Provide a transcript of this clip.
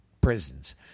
prisons